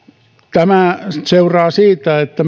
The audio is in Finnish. tämä seuraa siitä että